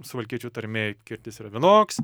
suvalkiečių tarmėj kirtis yra vienoks